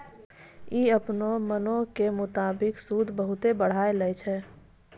इ अपनो मनो के मुताबिक सूद बहुते बढ़ाय के लै छै